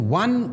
one